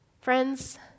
Friends